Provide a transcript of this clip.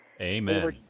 amen